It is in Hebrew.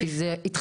כי זה התחיל.